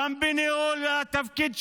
גם בניהול התפקיד שלו,